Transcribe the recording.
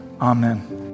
amen